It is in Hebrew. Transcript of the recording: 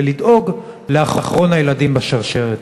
ולדאוג לאחרון הילדים בשרשרת.